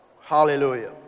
Hallelujah